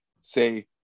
Say